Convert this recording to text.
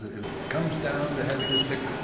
if it comes down to having to pick